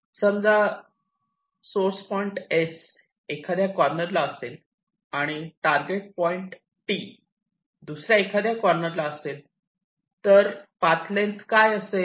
समजा source point S एखाद्या corner ला असेल आणि टारगेट पॉईंट T दुसऱ्या एखाद्या कॉर्नर ला असेल तर पाथ लेन्थ काय असेल